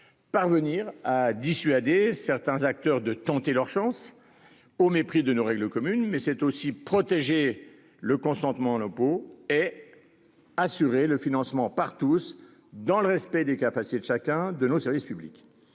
Parvenir à dissuader certains acteurs de tenter leur chance au mépris de nos règles communes mais c'est aussi protéger le consentement à l'impôt et. Assurer le financement par tous, dans le respect des capacités de chacun de nos services publics.